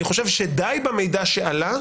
אני חושב שדי במידע שעלה,